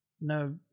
No